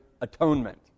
atonement